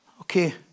Okay